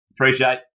appreciate